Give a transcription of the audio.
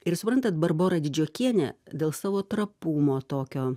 ir suprantat barbora didžiokienė dėl savo trapumo tokio